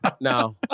no